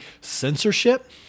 censorship